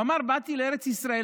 הוא אמר: באתי לארץ ישראל,